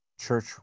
church